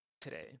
today